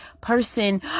person